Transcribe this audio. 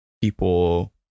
people